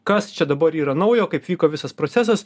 kas čia dabar yra naujo kaip vyko visas procesas